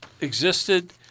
existed